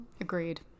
Agreed